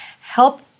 Help